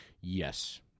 Yes